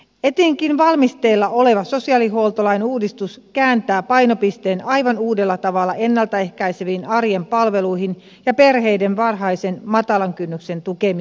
etenkin valmisteilla oleva sosiaalihuoltolain uudistus kääntää painopisteen aivan uudella tavalla ennalta ehkäiseviin arjen palveluihin ja perheiden varhaisen matalan kynnyksen tukemiseen